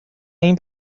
این